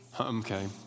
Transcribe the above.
Okay